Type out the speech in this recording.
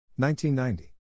1990